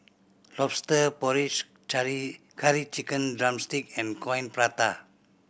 Lobster Porridge Curry Chicken drumstick and Coin Prata